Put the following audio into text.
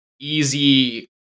easy